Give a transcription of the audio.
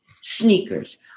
sneakers